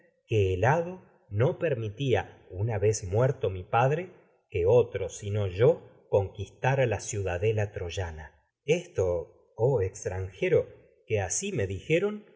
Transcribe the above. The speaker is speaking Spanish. que el hado no permi tía una vez muerto mi padre que otro sino yo conquis tara la ciudadela troyana esto oh extranjero que asi me dijeron